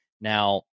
Now